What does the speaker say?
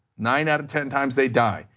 nine out of ten times they died.